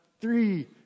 Three